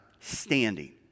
standing